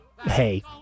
hey